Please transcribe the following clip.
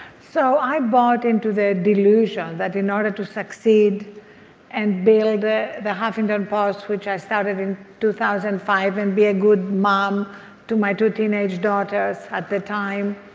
so i bought into the delusion that in order to succeed and build ah the huffington post, which i started in two thousand and five and be a good mom to my two teenaged daughters at the time,